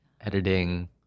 editing